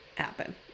happen